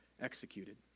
executed